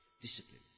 discipline